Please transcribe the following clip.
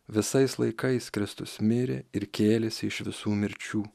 visais laikais kristus mirė ir kėlėsi iš visų mirčių